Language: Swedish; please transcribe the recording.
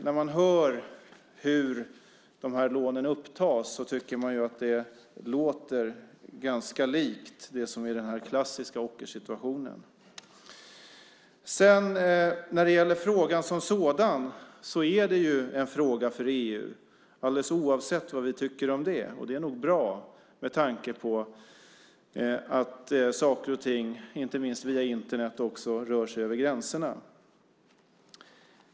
När man hör hur de här lånen upptas tycker man ju att det låter ganska likt det som är den här klassiska ockersituationen. När det gäller frågan som sådan är det en fråga för EU, alldeles oavsett vad vi tycker om det. Och det är nog bra med tanke på att saker och ting, inte minst via Internet, rör sig över gränserna.